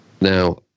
Now